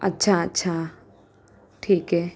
अच्छा अच्छा ठीक आहे